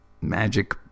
magic